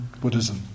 Buddhism